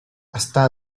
està